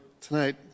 tonight